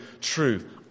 truth